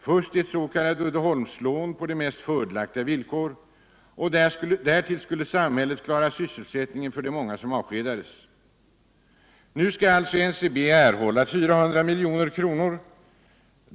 Först ett s.k. Uddeholmslån på de mest fördelaktiga villkor, och därtill skulle samhället klara sysselsättningen för de många som avskedades. Nu skall alltså NCB erhålla 400 milj.kr.